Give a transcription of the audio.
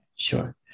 Sure